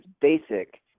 basic